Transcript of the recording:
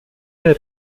der